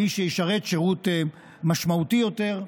מי שישרת שירות משמעותי יותר,